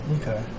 Okay